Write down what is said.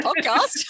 podcast